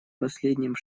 последним